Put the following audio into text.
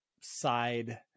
side